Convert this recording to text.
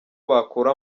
bakura